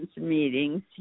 meetings